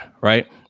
Right